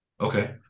Okay